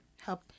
help